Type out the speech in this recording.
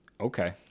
Okay